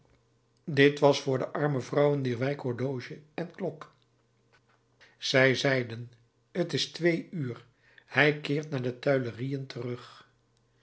dit was voor de arme vrouwen dier wijk horloge en klok zij zeiden t is twee uur hij keert naar de tuilerieën terug